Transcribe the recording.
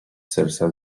serca